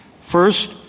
First